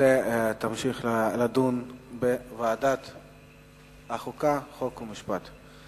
הנושא ימשיך להידון בוועדת החוקה, חוק ומשפט.